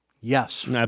Yes